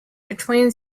between